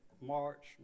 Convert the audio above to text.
March